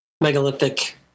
megalithic